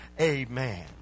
Amen